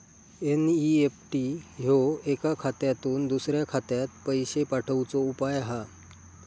NEFT ह्यो एका खात्यातुन दुसऱ्या खात्यात पैशे पाठवुचो उपाय हा